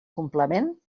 complement